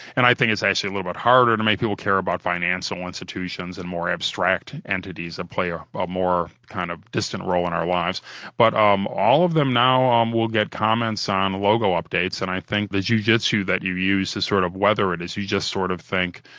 and, i think it's actually a little bit harder to make people care about financial institutions and more abstract entities that and play ah a more kind of distant role in our lives but, um all of them now um will get comments on logo updates and i think the jiu-jitsu that you use to sort of weather it is, you just sort of think,